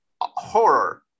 Horror